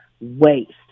waste